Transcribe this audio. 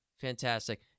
Fantastic